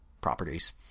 properties